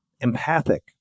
empathic